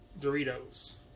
Doritos